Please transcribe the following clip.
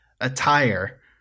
attire